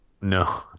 No